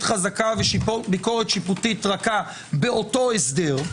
חזקה וביקורת שיפוטית רכה באותו הסדר.